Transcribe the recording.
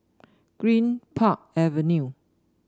Greenpark Avenue